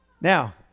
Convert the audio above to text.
Now